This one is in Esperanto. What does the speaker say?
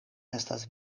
estas